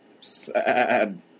sad